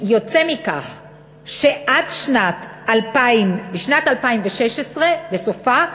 יוצא מכך שבשנת 2016, בסופה,